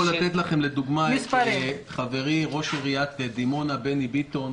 אני יכול לתת לכם לדוגמה את חברי ראש עיריית דימונה בני ביטון,